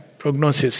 prognosis